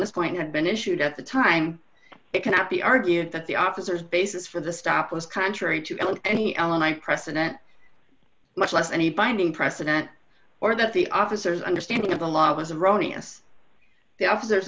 this point had been issued at the time it cannot be argued that the officers basis for the stop was contrary to any element president much less any binding precedent or that the officers understanding of the law was erroneous the officers